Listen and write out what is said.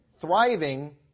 thriving